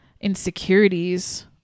insecurities